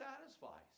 satisfies